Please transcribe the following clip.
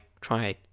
try